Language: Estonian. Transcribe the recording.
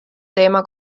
teema